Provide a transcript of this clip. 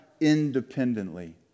independently